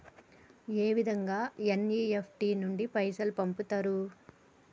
ఏ విధంగా ఎన్.ఇ.ఎఫ్.టి నుండి పైసలు పంపుతరు?